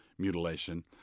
Mutilation